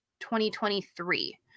2023